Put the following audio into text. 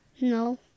No